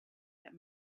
that